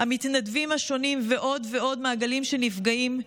המתנדבים השונים ועוד ועוד מעגלים שנפגעים,